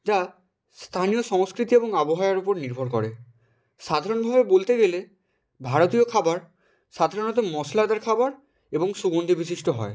যা স্থানীয় সংস্কৃতি এবং আবহাওয়ের উপর নির্ভর করে সাধারণভাবে বলতে গেলে ভারতীয় খাবার সাধারণত মশলাদার খাবার এবং সুগন্ধি বিশিষ্ট হয়